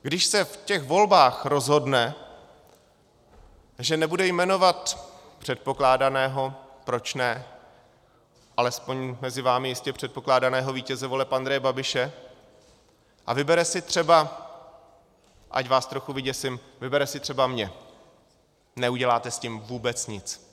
Když se ve volbách rozhodne, že nebude jmenovat předpokládaného, proč ne, alespoň mezi vámi předpokládaného vítěze voleb Andreje Babiše, a vybere si třeba ať vás trochu vyděsím vybere si třeba mě, neuděláte s tím vůbec nic.